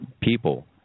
people